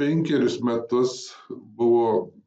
penkerius metus buvo